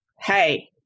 Hey